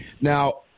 Now